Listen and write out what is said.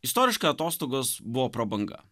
istoriškai atostogos buvo prabanga